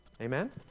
Amen